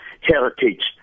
heritage